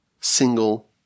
single